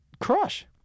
crush